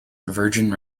virgin